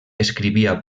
escrivia